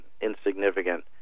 insignificant